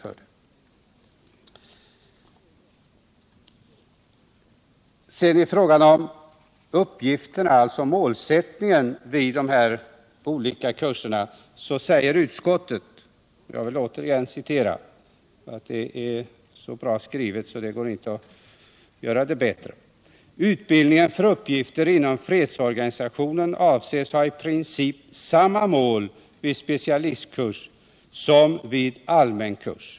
Beträffande målsättningen för de olika kurserna säger utskottet något som är så klart uttryckt att det inte går att göra det bättre: ”Utbildningen för uppgifter inom fredsorganisationen avses ha i princip samma mål vid specialistkurs som vid allmän kurs.